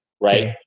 right